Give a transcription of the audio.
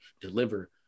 deliver